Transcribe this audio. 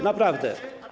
Naprawdę.